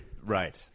right